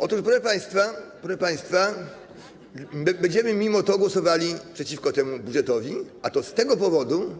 Otóż, proszę państwa, my będziemy mimo to głosowali przeciwko temu budżetowi, a to z tego powodu,